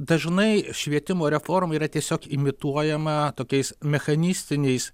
dažnai švietimo reforma yra tiesiog imituojama tokiais mechanistiniais